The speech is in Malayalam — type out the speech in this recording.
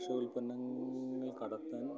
കർഷകോല്പന്നങ്ങൾ കടത്താൻ